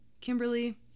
Kimberly